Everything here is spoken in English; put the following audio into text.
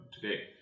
today